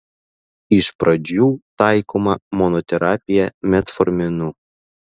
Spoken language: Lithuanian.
iš pradžių taikoma monoterapija metforminu